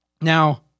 Now